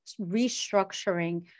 restructuring